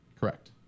Correct